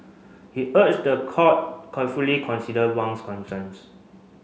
he urged the court carefully consider Wang's concerns